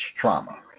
trauma